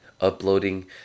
uploading